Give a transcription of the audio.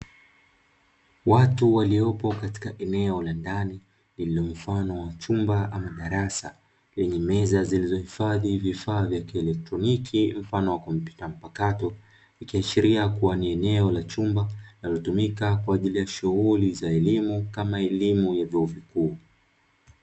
Watu waliopo katika eneo la ndani lenye mfano wa chumba ama darasa lenye meza zilizoifadhi vifaa vya kieletroniki mfano wa kompyuta mpakato, ikiashiria kua ni eneo la chumba linalotumika kwaajili ya shughuli za elimu kama elimu ya vyuo vikuu.